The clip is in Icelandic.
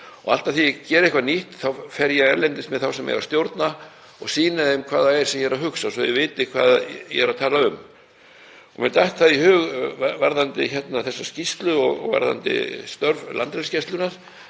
og alltaf þegar ég geri eitthvað nýtt þá fer ég erlendis með þá sem eiga að stjórna og sýni þeim hvað það er sem ég er að hugsa, svo þeir viti hvað ég er að tala um. Mér datt það í hug varðandi þessa skýrslu og varðandi störf Landhelgisgæslunnar.